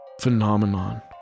Phenomenon